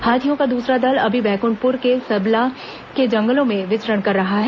हाथियों का दूसरा दल अभी बैक्ठप्र के सलबा के जंगलों में विचरण कर रहा है